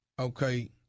Okay